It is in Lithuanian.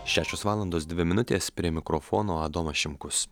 šešios valandos dvi minutės prie mikrofono adomas šimkus